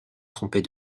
tromper